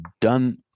done